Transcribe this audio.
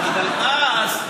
אבל אז,